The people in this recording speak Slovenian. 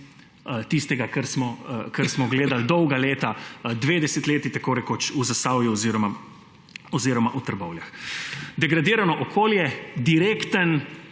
tistega, kar smo gledali dolga leta, dve desetletji tako rekoč v Zasavju oziroma v Trbovljah: degradirano okolje, direkten